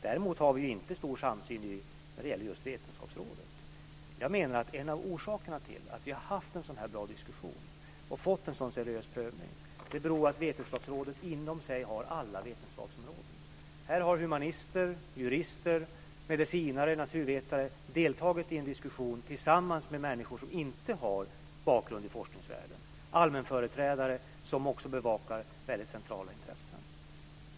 Däremot har vi inte någon stor samsyn när det gäller En av orsakerna till att vi har haft en så bra diskussion och fått en så seriös prövning är att Vetenskapsrådet har alla vetenskapsområden inom sig. Här har humanister, jurister, medicinare och naturvetare deltagit i en diskussion tillsammans med människor som inte har någon bakgrund i forskningsvärlden. Det har varit allmänföreträdare som bevakar väldigt centrala intressen.